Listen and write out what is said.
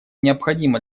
необходимо